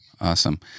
Awesome